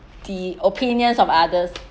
the opinions of others